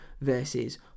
versus